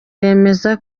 yemeza